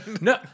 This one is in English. no